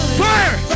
fire